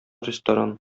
ресторан